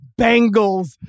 Bengals